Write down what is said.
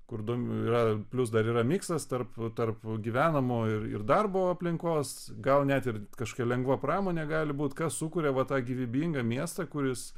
kur dum yra plius dar yra miksas tarp tarp gyvenamo ir ir darbo aplinkos gal net ir kažkokia lengva pramonė gali būt kas sukuria va tą gyvybingą miestą kuris